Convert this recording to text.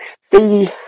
See